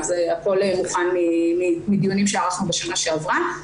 הכל מוכן מדיונים שערכנו בשנה שעברה.